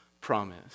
promise